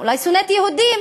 אולי שונאת יהודים?